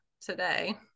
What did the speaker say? today